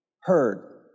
heard